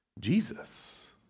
Jesus